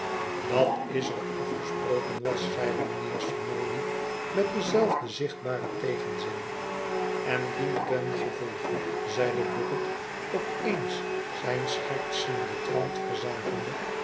dat is wat afgesproken was zeide mijnheer smallweed met denzelfden zichtbaren tegenzin en dientengevolge zeide bucket op eens zijn schertsenden trant verzakende